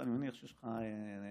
אני מניח שיש לך נכדים,